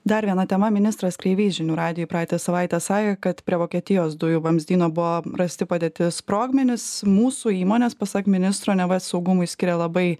dar viena tema ministras kreivys žinių radijui praeitą savaitę sakė kad prie vokietijos dujų vamzdyno buvo rasti padėti sprogmenys mūsų įmonės pasak ministro neva saugumui skiria labai